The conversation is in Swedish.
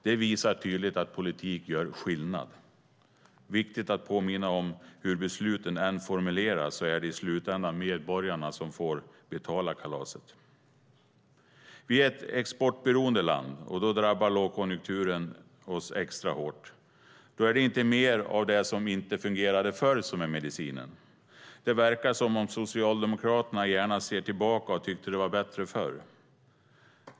Det visar tydligt att politik gör skillnad. Det är viktigt att påminna om att det, hur besluten än formuleras, i slutändan är medborgarna som får betala kalaset. Vi är ett exportberoende land, och då drabbar lågkonjunkturen oss extra hårt. Då är det inte mer av det som inte fungerade förr som är medicinen. Det verkar som om Socialdemokraterna gärna ser tillbaka och tycker att det var bättre förr.